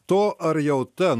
to ar jau ta